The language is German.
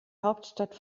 hauptstadt